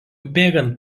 bėgant